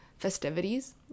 festivities